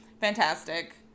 Fantastic